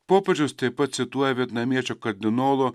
popiežius taip pat cituoja vietnamiečio kardinolo